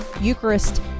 Eucharist